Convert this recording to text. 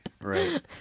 right